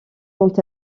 quant